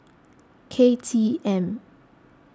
K T M